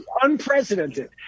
Unprecedented